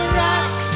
rock